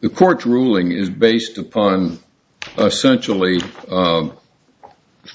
the court ruling is based upon a centrally